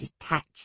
detached